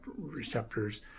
receptors